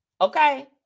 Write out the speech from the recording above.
okay